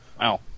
Wow